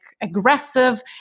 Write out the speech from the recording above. aggressive